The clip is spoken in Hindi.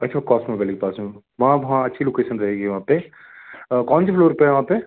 इसको कोस्मो वैली पास में है वहाँ हाँ अच्छी लोकेसन रहेगी वहाँ पर कौन से फ्लोर पर है वहाँ पर